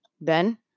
Ben